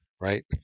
right